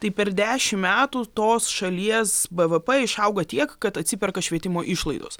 tai per dešim metų tos šalies bvp išauga tiek kad atsiperka švietimo išlaidos